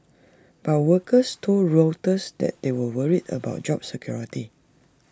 but workers told Reuters that they were worried about job security